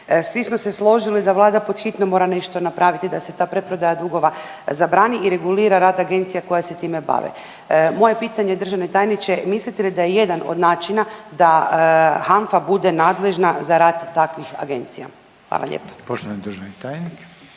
Svi smo se složili da vlada pod hitno mora nešto napraviti da se ta preprodaja dugova zabrani i regulira rad agencija koje se time bave. Moje pitanje državni tajniče, mislite li da je jedan od načina da HANFA bude nadležna za rad takvih agencija? hvala lijepa. **Reiner, Željko